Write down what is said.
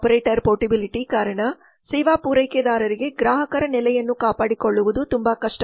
operator portability portability ಕಾರಣ ಸೇವಾ ಪೂರೈಕೆದಾರರಿಗೆ ಗ್ರಾಹಕರ ನೆಲೆಯನ್ನು ಕಾಪಾಡಿಕೊಳ್ಳುವುದು ತುಂಬಾ ಕಷ್ಟ